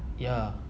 ya